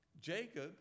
Jacob